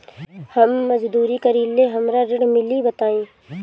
हम मजदूरी करीले हमरा ऋण मिली बताई?